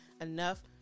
enough